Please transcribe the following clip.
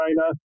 China